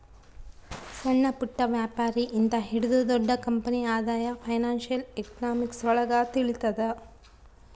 ಸಣ್ಣಪುಟ್ಟ ವ್ಯಾಪಾರಿ ಇಂದ ಹಿಡಿದು ದೊಡ್ಡ ಕಂಪನಿ ಆದಾಯ ಫೈನಾನ್ಶಿಯಲ್ ಎಕನಾಮಿಕ್ರೊಳಗ ತಿಳಿತದ